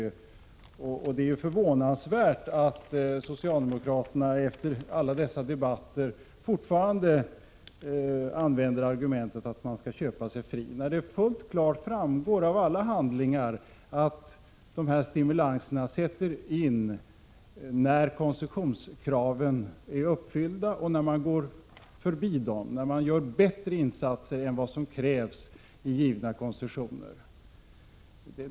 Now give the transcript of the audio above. Jag vill tillägga att det är förvånansvärt att socialdemokraterna efter alla dessa debatter fortfarande använder argumentet att ingen skall kunna köpa sig fri, när det fullt klart framgår av alla handlingar att stimulanserna skall sättas in först när man gjort insatser som går utöver dem som krävs i givna koncessioner.